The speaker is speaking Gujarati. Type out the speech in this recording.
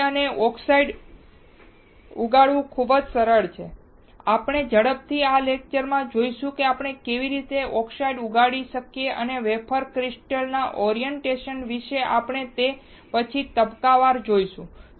તેથી અને ઓક્સાઇડ ઉગાડવાનું ખૂબ જ સરળ છે આપણે ઝડપથી આપણા લેક્ચરમાં જોઈશું કે આપણે કેવી રીતે ઓકસાઈડ ઉગાડી શકીએ અને વેફરમાં ક્રિસ્ટલ ના ઓરિએન્ટેશન વિશે આપણે તે પછીનો તબક્કો જોશું